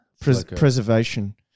Preservation